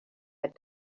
had